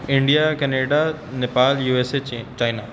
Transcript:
India Canada Nepal U S A ਚੀ China